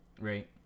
right